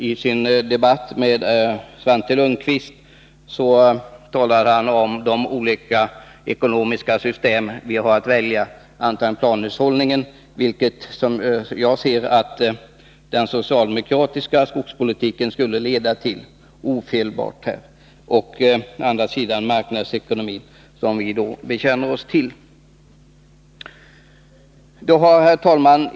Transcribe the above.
I sin debatt med Svante Lundkvist talade han om de olika ekonomiska system vi har att välja mellan: planhushållning, som den socialdemokratiska skogspolitiken ofelbart skulle leda till, och marknadsekonomi, som vi bekänner oss till.